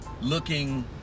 looking